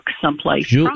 someplace